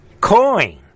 coin